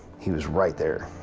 he was right there.